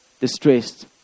distressed